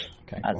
Okay